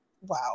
wow